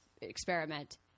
experiment